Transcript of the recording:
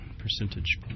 percentage